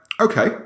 Okay